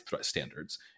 standards